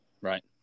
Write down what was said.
right